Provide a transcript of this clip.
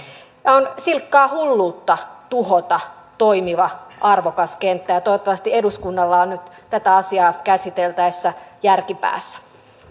on silkkaa hulluutta tuhota toimiva arvokas kenttä ja ja toivottavasti eduskunnalla on nyt tätä asiaa käsiteltäessä järki päässä